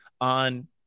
on